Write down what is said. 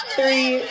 Three